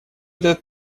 этот